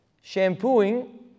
shampooing